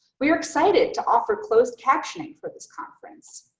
we are excited to offer closed captioning for this conference,